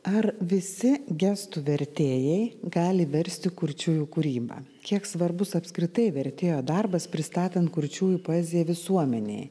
ar visi gestų vertėjai gali versti kurčiųjų kūrybą kiek svarbus apskritai vertėjo darbas pristatant kurčiųjų poeziją visuomenei